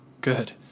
good